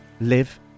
live